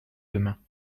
demain